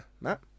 Matt